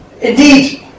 Indeed